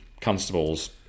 constables